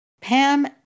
Pam